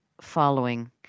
following